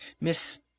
Miss—